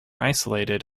isolated